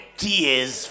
tears